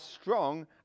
strong